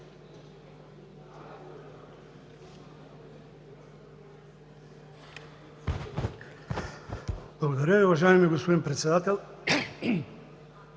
Благодаря Ви. Уважаеми господин Председател!